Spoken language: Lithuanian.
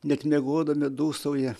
net miegodami dūsauja